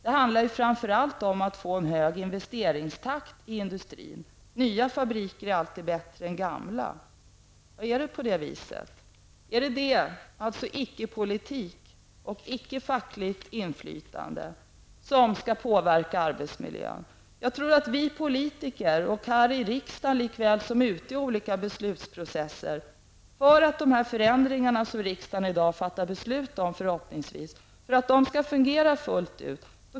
Det handlar framför allt om att få en hög investeringstakt i industrin. Nya fabriker är alltid bättre än gamla. Är det på det sättet? Är det alltså icke-politik och icke-fackligt inflytande som skall påverka arbetsmiljön? Jag tror att det behövs ett genomslag i hela samhället för att vi politiker, här i riksdagen lika väl som ute i andra beslutsprocesser, skall kunna få de förändringar som riksdagen i dag förhoppningsvis fattar beslut om att fungera fullt ut.